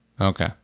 Okay